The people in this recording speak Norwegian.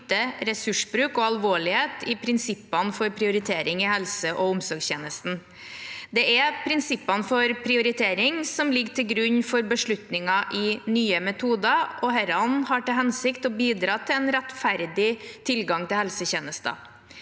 ressursbruk og alvorlighet i prinsippene for prioritering i helse- og omsorgstjenesten. Det er prinsippene for prioritering som ligger til grunn for beslutninger i systemet Nye metoder, og disse har til hensikt å bidra til rettferdig tilgang til helsetjenester.